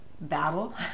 battle